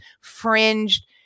fringed